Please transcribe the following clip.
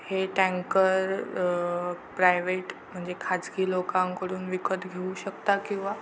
हे tanker private म्हणजे खाजगी लोकांकडून विकत घेऊ शकता किंवा